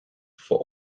for